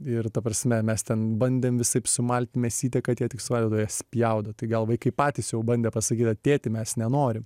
ir ta prasme mes ten bandėm visaip sumalti mėsytę kad jie tik suvalgytų o jie spjaudo tai gal vaikai patys jau bandė pasakyti tėti mes nenorim